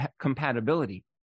compatibility